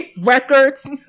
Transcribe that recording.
records